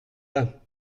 pas